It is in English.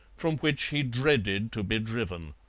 from which he dreaded to be driven.